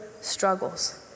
struggles